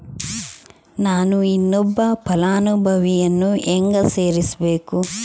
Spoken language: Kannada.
ನಾನು ಇನ್ನೊಬ್ಬ ಫಲಾನುಭವಿಯನ್ನು ಹೆಂಗ ಸೇರಿಸಬೇಕು?